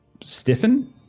stiffen